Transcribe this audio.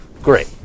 Great